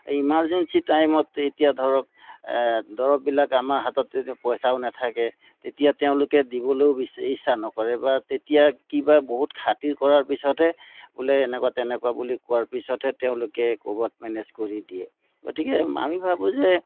emergency টাইমত এতিয়া ধৰক দৰৱবিলাক আমাৰ হাতত যদি পইচাও নেথাকে তেতিয়া তেওঁলোকে দিবলৈও বেছি ইচ্ছা নকৰে বা তেতিয়া কিবা বহুত খাতিৰ কৰাৰ পিছতহে বোলে এনেকুৱা তেনেকুৱা বুলি কোৱাৰ পিছতহে তেওঁলোকে কৰ'বাত মেনেজ কৰি দিয়ে গতিকে আমি ভাবোঁ যে